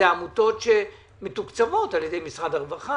זה עמותות שמתוקצבות על ידי משרד הרווחה,